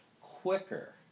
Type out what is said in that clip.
quicker